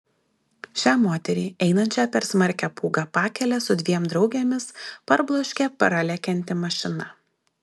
šią moterį einančią per smarkią pūgą pakele su dviem draugėmis parbloškė pralekianti mašina